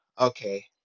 okay